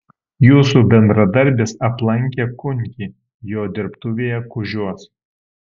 jūsų bendradarbis aplankė kunkį jo dirbtuvėje kužiuos